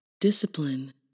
discipline